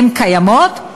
הן קיימות,